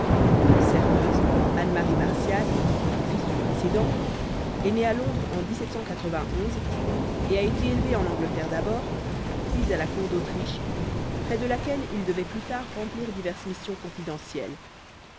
sairmeuse anne marie martial fils du précédent est né à londres en et a été élevé en angleterre d'abord puis à la cour d'autriche près de laquelle il devait plus tard remplir diverses missions confidentielles